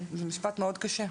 זה משפט מאוד קשה.